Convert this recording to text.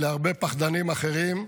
להרבה פחדנים אחרים,